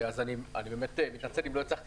אז אני באמת מתנצל,